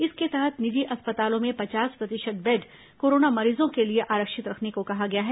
इसके तहत निजी अस्पतालों में पचास प्रतिशत बेड कोरोना मरीजों के लिए आरक्षित रखने के लिए कहा गया है